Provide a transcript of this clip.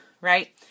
right